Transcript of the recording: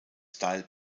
style